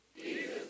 Jesus